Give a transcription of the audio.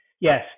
Yes